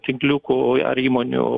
tinkliukų ar įmonių